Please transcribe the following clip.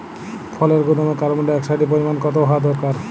ফলের গুদামে কার্বন ডাই অক্সাইডের পরিমাণ কত হওয়া দরকার?